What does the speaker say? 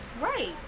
Right